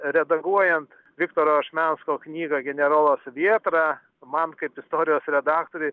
redaguojant viktoro ašmensko knygą generolas vėtra man kaip istorijos redaktoriui